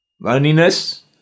loneliness